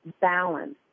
balance